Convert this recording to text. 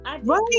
right